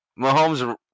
Mahomes